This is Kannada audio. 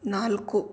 ನಾಲ್ಕು